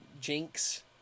Jinx